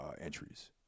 entries